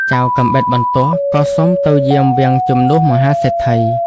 ចៅកាំបិតបន្ទោះក៏សុំទៅយាមវាំងជំនួសមហាសេដ្ឋី។